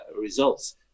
results